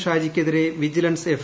ഷാജിക്കെതിരേ vigilance F